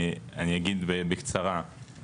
אני אגיד בקצרה.